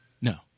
No